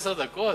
עשר דקות,